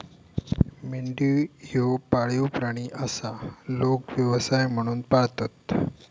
मेंढी ह्यो पाळीव प्राणी आसा, लोक व्यवसाय म्हणून पाळतत